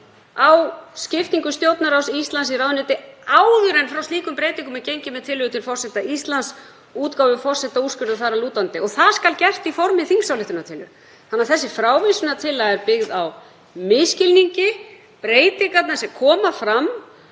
á skiptingu Stjórnarráðs Íslands í ráðuneyti áður en frá slíkum breytingum er gengið með tillögu til forseta Íslands og útgáfu forsetaúrskurðar þar að lútandi og það skal gert í formi þingsályktunartillögu. Þannig að þessi frávísunartillaga er byggð á misskilningi. Breytingarnar sem koma fram